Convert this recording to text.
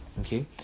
okay